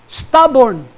stubborn